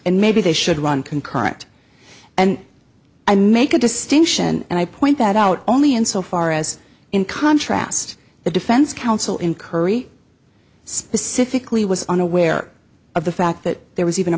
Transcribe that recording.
and maybe they should run concurrent and i make a distinction and i point that out only in so far as in contrast the defense counsel in curry specifically was unaware of the fact that there was even a